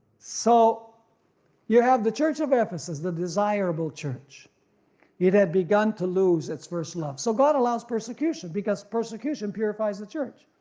so you have the church of ephesus, the desirable church it had begun to lose its first love, so god allows persecution because persecution purifies the church.